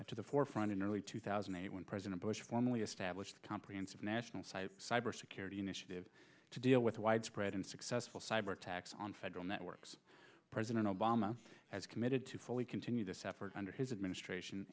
to the forefront in early two thousand and eight when president bush formally established a comprehensive national cybersecurity initiative to deal with widespread and successful cyber attacks on federal networks president obama has committed to fully continue this effort under his administration